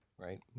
Right